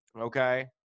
Okay